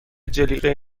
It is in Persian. جلیقه